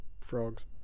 frogs